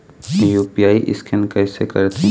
UPI scan कइसे करथे?